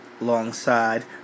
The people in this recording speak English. alongside